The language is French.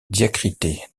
diacritée